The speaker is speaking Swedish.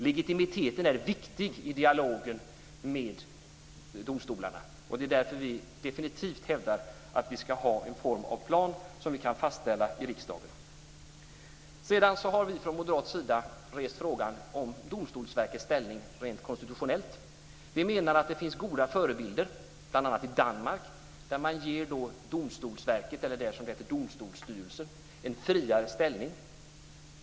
Legitimiteten är viktig i dialogen med domstolarna, och det är därför som vi definitivt hävdar att vi ska ha en form av plan som vi kan fastställa i riksdagen. Vi har från moderat sida också rest frågan om Domstolsverkets ställning rent konstitutionellt. Vi menar att det finns goda förebilder, bl.a. i Danmark, där man ger motsvarigheten till Domstolsverket, dvs. Domstolsstyrelsen, en friare ställning.